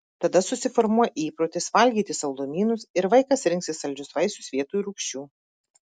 tada susiformuoja įprotis valgyti saldumynus ir vaikas rinksis saldžius vaisius vietoj rūgščių